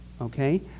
okay